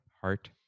Heart